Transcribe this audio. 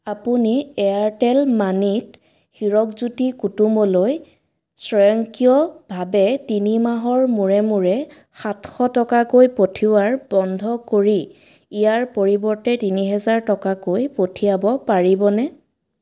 আপুনি এয়াৰটেল মানিত হীৰক জ্যোতি কুটুমলৈ স্বয়ংক্ৰিয়ভাৱে তিনি মাহৰ মূৰে মূৰে সাতশ টকাকৈ পঠিওৱাৰ বন্ধ কৰি ইয়াৰ পৰিৱৰ্তে তিনি হেজাৰ টকাকৈ পঠিয়াব পাৰিবনে